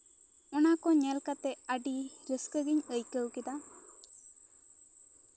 ᱚᱱᱟᱠᱚ ᱧᱮᱞ ᱠᱟᱛᱮᱜ ᱟᱹᱰᱤ ᱨᱟᱹᱥᱠᱟᱹ ᱜᱤᱧ ᱟᱭᱠᱟᱹᱣ ᱠᱮᱫᱟ